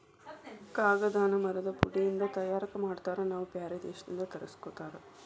ಕಾಗದಾನ ಮರದ ಪುಡಿ ಇಂದ ತಯಾರ ಮಾಡ್ತಾರ ನಾವ ಬ್ಯಾರೆ ದೇಶದಿಂದ ತರಸ್ಕೊತಾರ